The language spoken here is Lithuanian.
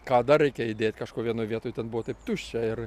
ką dar reikia įdėt kažko vienoj vietoj ten buvo taip tuščia ir